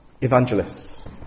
evangelists